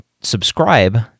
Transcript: subscribe